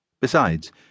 Besides